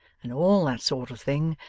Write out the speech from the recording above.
and all that sort of thing,